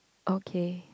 okay